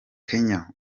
kenya